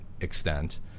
extent